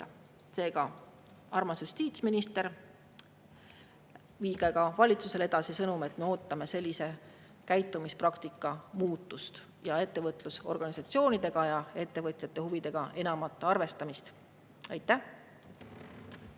Seega, armas justiitsminister, viige ka valitsusele sõnum, et me ootame sellise käitumispraktika muutust ja ettevõtlusorganisatsioonidega ja ettevõtjate huvidega enamat arvestamist. Aitäh!